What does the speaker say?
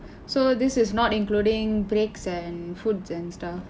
so this is not including breaks and foods and stuff